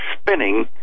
spinning